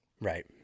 Right